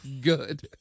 Good